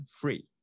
free